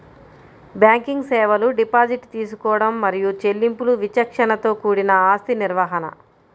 banking సేవలు deposit తీసుకోవడం మరియు చెల్లింపులు విచక్షణతో కూడిన ఆస్తి నిర్వహణ,